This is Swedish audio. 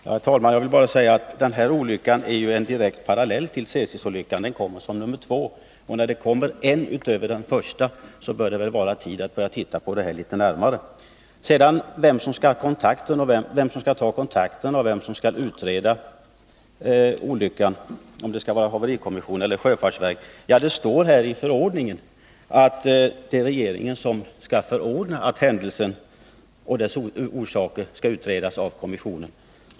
Herr talman! Jag vill bara säga att den här olyckan är en direkt parallell till Tsesisolyckan. När det kommer en likadan olycka som den första, bör det väl vara tid att titta litet närmare på frågan. Beträffande vem som skall ta kontakterna och vem som skall utreda olyckan — haverikommissionen eller sjöfartsverket — så står det i förordningen att det är regeringen som skall förordna att händelsen och dess orsaker skall utredas av kommissionen.